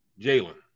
Jalen